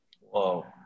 Wow